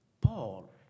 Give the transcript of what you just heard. Paul